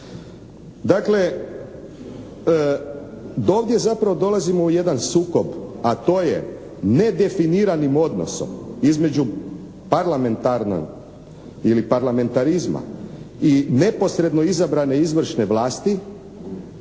Dakle, ovdje zapravo dolazimo u jedan sukob, a to je nedefiniranim odnosom između parlamentarnog ili parlamentarizma i neposredno izabrane izvršne vlasti,